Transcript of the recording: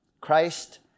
Christ